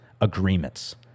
agreements